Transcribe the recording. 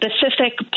specific